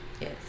yes